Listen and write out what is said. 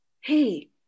hey